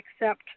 accept